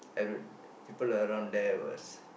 I don't people around there was